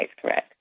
threat